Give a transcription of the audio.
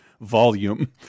volume